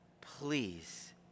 please